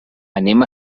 anem